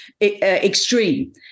extreme